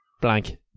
blank